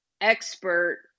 expert